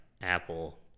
Apple